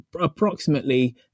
approximately